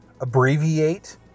abbreviate